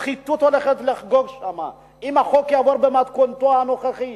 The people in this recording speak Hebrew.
השחיתות הולכת לחגוג שם אם החוק יעבור במתכונתו הנוכחית.